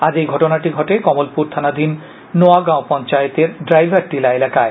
আজ এই ঘটনাটি ঘটে কমলপুর থানাধীন নোয়াগাঁও পঞ্চায়েতের ড়াইভার টিলা এলাকায়